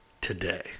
today